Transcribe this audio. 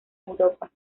europa